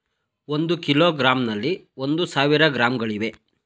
ಒಂದು ಕಿಲೋಗ್ರಾಂನಲ್ಲಿ ಒಂದು ಸಾವಿರ ಗ್ರಾಂಗಳಿವೆ